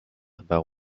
about